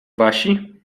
wasi